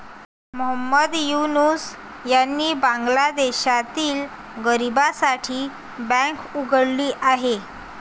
मोहम्मद युनूस यांनी बांगलादेशातील गरिबांसाठी बँक उघडली आहे